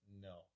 No